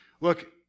look